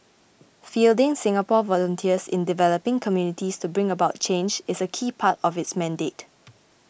fielding Singapore volunteers in developing communities to bring about change is a key part of its mandate